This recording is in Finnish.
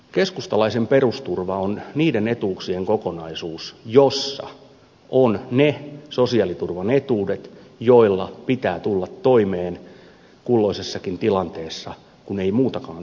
keskustalaisen perusturva on niiden etuuksien kokonaisuus jossa on ne sosiaaliturvan etuudet joilla pitää tulla toimeen kulloisessakin tilanteessa kun ei muutakaan toimeentuloa ole